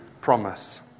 promise